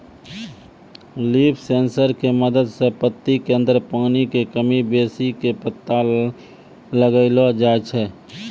leaf sensor के मदद सॅ पत्ती के अंदर पानी के कमी बेसी के पता लगैलो जाय छै